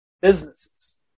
businesses